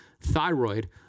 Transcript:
thyroid